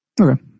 Okay